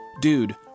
Dude